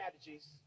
strategies